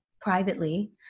privately